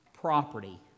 property